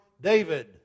David